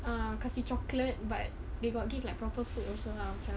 err kasi chocolate but they got give like proper food also lah